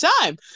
time